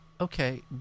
Okay